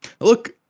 look